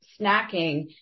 snacking